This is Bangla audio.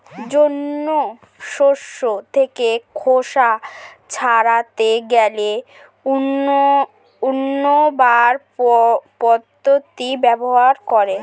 জন শস্য থেকে খোসা ছাড়াতে গেলে উইন্নবার পদ্ধতি ব্যবহার করে